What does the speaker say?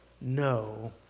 no